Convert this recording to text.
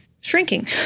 shrinking